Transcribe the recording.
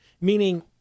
Meaning